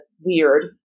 weird